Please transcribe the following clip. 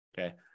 Okay